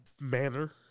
manner